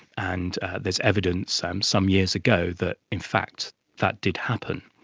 and there is evidence some some years ago that in fact that did happen.